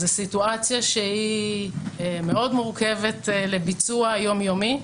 זאת סיטואציה שהיא מורכבת מאוד לביצוע יומיומי.